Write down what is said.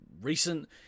recent